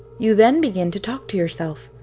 you then begin to talk to yourself,